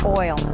oil